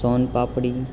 સોન પાપડી